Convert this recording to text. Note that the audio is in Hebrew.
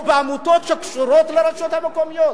או בעמותות שקשורות לרשויות המקומיות.